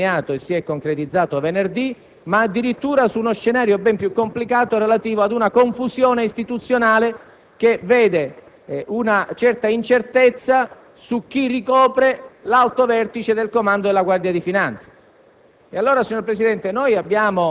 sullo scenario che si è delineato e concretizzato venerdì, ma addirittura su uno scenario ben più complicato, relativo ad una confusione istituzionale che vede una certa incertezza su chi ricopre l'alto vertice del comando della Guardia di finanza.